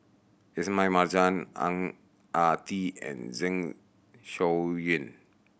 Ismail Marjan Ang Ah Tee and Zeng Shouyin